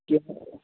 کیٚنٛہہ پرواے